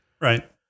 Right